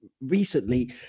Recently